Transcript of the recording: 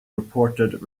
reported